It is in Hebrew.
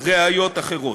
ראיות אחרות.